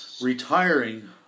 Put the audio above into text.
retiring